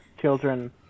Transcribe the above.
children